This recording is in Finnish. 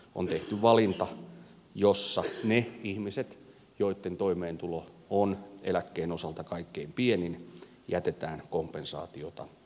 on tehty valinta jossa ne ihmiset joitten toimeentulo on eläkkeen osalta kaikkein pienin jätetään kompensaatiota vaille